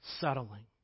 settling